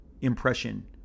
impression